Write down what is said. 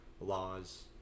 laws